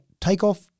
takeoff